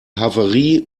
havarie